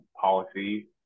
policy